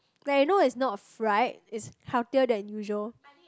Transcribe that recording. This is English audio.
like you know it's not fried it's healthier than usual